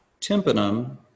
tympanum